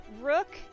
Rook